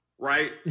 Right